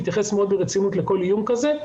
להתייחס מאוד ברצינות לכל איום כזה.